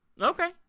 okay